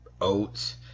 oats